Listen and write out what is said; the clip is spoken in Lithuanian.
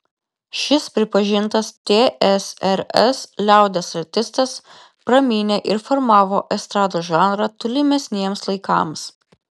šis pripažintas tsrs liaudies artistas pramynė ir formavo estrados žanrą tolimesniems laikams